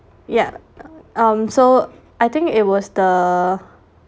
ya so I think it was the